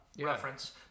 reference